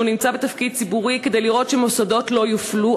שהוא נמצא בתפקיד ציבורי כדי לראות שמוסדות לא יופלו,